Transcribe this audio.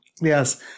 yes